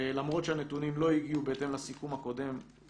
למרות שהנתונים לא הגיעו בהתאם לסיכום הקודם,